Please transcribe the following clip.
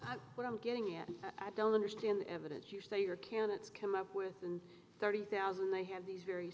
what i'm getting at i don't understand the evidence you say your candidates come up with and thirty thousand they have these v